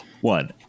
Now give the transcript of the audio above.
one